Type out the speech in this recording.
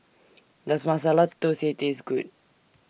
Does Masala Dosa Taste Good